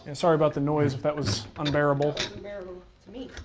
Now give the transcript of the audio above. and sorry about the noise if that was unbearable to unbearable to me.